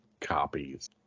copies